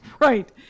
Right